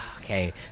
Okay